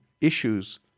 issues